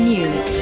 News